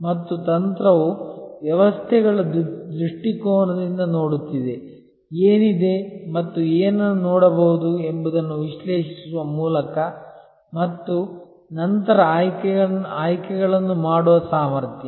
ಮತ್ತು ತಂತ್ರವು ವ್ಯವಸ್ಥೆಗಳ ದೃಷ್ಟಿಕೋನದಿಂದ ನೋಡುತ್ತಿದೆ ಏನಿದೆ ಮತ್ತು ಏನನ್ನು ನೋಡಬಹುದು ಎಂಬುದನ್ನು ವಿಶ್ಲೇಷಿಸುವ ಮೂಲಕ ಮತ್ತು ನಂತರ ಆಯ್ಕೆಗಳನ್ನು ಮಾಡುವ ಸಾಮರ್ಥ್ಯ